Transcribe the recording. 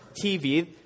TV